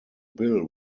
bill